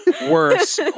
worse